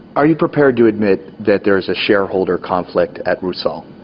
are you prepared to admit that there is a shareholder conflict at rusol?